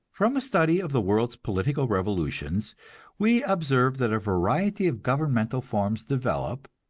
from a study of the world's political revolutions we observe that a variety of governmental forms develop,